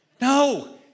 No